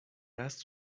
است